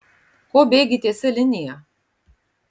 ko bėgi tiesia linija